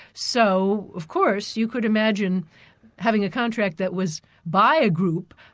so of course you could imagine having a contract that was by a group,